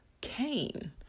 Cain